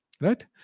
Right